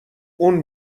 اون